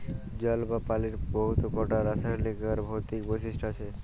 জল বা পালির বহুত কটা রাসায়লিক আর ভৌতিক বৈশিষ্ট আছে